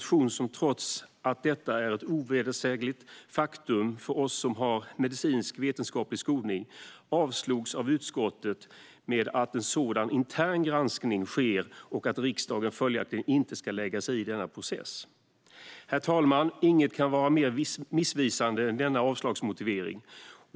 Trots att detta är ett ovedersägligt faktum för oss som har medicinsk vetenskaplig skolning avslogs motionen av utskottet med motiveringen att en sådan intern granskning sker och att riksdagen följaktligen inte ska lägga sig i denna process. Herr talman! Inget kan vara mer missvisande än denna avslagsmotivering.